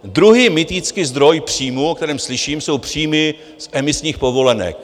Druhý mytický zdroj příjmu, o kterém slyším, jsou příjmy z emisních povolenek.